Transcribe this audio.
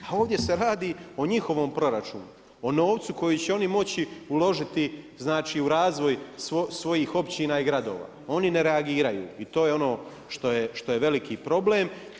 A ovdje se radi o njihovom proračunu o novcu koji će oni moći uložiti u razvoj svojih općina i gradova, oni ne reagiraju i to je ono što je veliki problem.